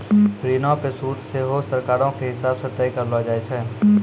ऋणो पे सूद सेहो सरकारो के हिसाब से तय करलो जाय छै